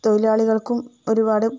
തൊഴിലാളികൾക്കും ഒരുപാട്